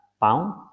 pound